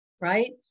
right